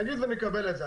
נגיד ונקבל את זה,